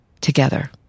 together